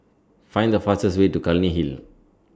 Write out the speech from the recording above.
Find The fastest Way to Clunny Hill